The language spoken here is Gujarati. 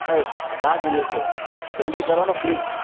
અમે રાહ જોઈએ છીએ જલ્દી કરોને પ્લીઝ